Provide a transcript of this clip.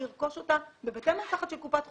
לרכוש אותה בבתי מרקחת של קופת חולים,